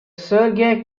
sergey